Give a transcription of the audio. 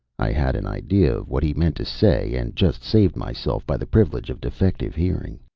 i had an idea of what he meant to say, and just saved myself by the privilege of defective hearing.